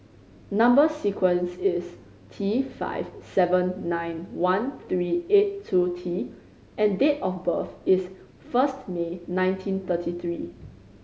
number sequence is T five seven nine one three eight two T and date of birth is first May nineteen thirty three